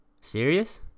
Serious